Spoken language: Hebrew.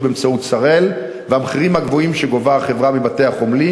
באמצעות "שראל" והמחירים הגבוהים שהחברה גובה מבתי-החולים,